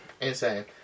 Insane